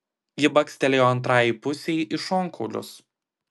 ji bakstelėjo antrajai pusei į šonkaulius